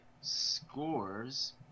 scores